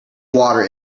water